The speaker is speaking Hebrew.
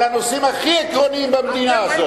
על הנושאים הכי עקרוניים במדינה הזאת.